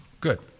good